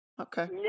Okay